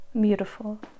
Beautiful